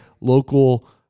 local